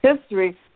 history